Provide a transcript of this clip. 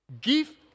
Give